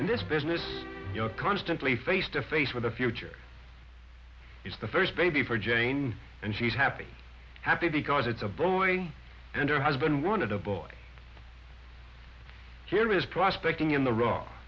in this business you're constantly face to face with the future is the first baby for jane and she's happy happy because it's a boy and her husband wanted a boy here is prospecting in the